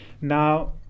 Now